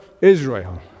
Israel